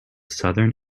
southern